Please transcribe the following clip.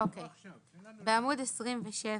בעמוד 27,